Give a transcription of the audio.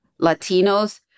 Latinos